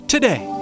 Today